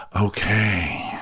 okay